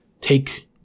take